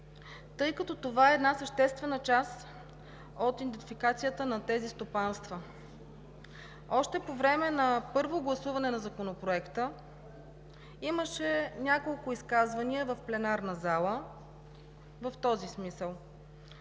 тъй като това е една съществена част от идентификацията на тези стопанства. Още по време на първото гласуване на Законопроекта имаше няколко изказвания в пленарната зала в този смисъл.